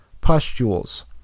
Pustules